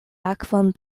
akvon